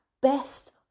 best